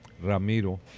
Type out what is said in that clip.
Ramiro